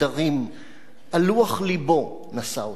על לוח לבו נשא אותם יום ולילה.